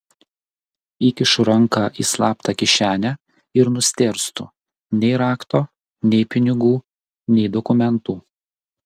įkišu ranką į slaptą kišenę ir nustėrstu nei rakto nei pinigų nei dokumentų